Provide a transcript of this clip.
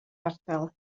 ardal